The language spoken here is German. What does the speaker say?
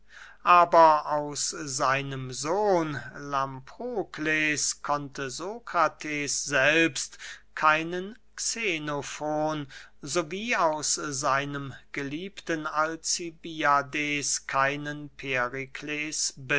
aber aus seinem sohn lamprokles konnte sokrates selbst keinen xenofon so wie aus seinem geliebten alcibiades keinen